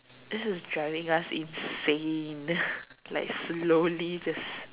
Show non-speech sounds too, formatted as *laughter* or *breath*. this is driving us insane *breath* like slowly just